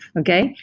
okay?